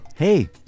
Hey